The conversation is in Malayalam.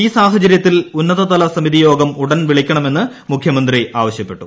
ഈ സാഹചര്യത്തിൽ ഉന്നതതല സമിതിയോഗം ഉടൻ വിളിക്കണമെന്ന് മുഖ്യമന്ത്രി ആവശ്യപ്പെട്ടു